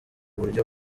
buryo